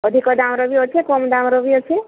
ଅଧିକ ଦାମ୍ର ବି ଅଛେ କମ୍ ଦାମ୍ର ବି ଅଛେ